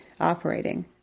operating